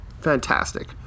fantastic